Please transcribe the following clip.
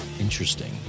interesting